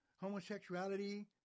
homosexuality